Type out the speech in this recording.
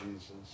Jesus